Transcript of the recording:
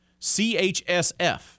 CHSF